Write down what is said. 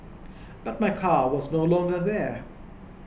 but my car was no longer there